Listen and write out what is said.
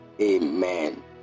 Amen